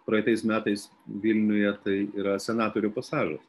praeitais metais vilniuje tai yra senatorių pasažas